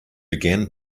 began